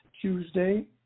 Tuesday